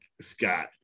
Scott